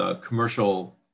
commercial